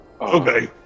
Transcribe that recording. Okay